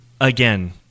Again